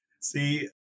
See